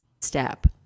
step